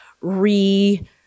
re